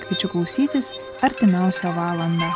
kviečiu klausytis artimiausią valandą